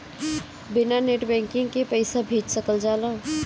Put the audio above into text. बिना net banking के पईसा भेज सकल जाला?